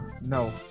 No